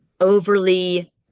overly